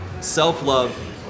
Self-love